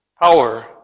power